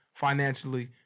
financially